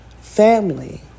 family